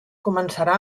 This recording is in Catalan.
començarà